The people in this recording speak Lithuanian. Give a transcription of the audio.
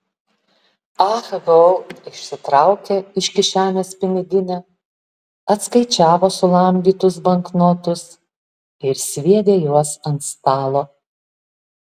ah ho išsitraukė iš kišenės piniginę atskaičiavo sulamdytus banknotus ir sviedė juos ant stalo